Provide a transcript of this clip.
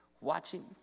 Watching